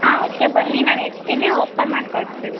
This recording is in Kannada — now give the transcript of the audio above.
ಹಾಂ ಓಕೆ ಬನ್ನಿ ನಾನಿರ್ತೀನಿ ಓಪನ್ ಮಾಡಿಕೊಡ್ತೇನೆ